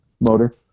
motor